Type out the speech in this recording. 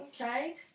okay